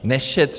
Nešetří.